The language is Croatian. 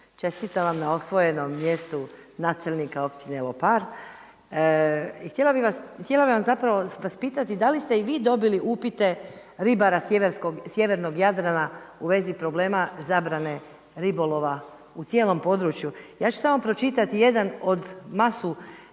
čestitam vam na osvojenom mjestu načelnika općine Lopar i htjela bih vas zapravo pitati da li ste i vi dobili upite ribara sjevernog Jadrana u vezi problema zabrane ribolova u cijelom području. Ja ću samo pročitati jedan od masu